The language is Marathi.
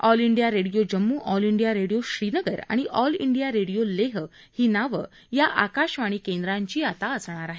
all India radio Jammu all India radio Srinagar आणि ऑल इंडिया रेडिओ लेह ही नावं या आकाशवाणी केंद्रांची आता असणार आहेत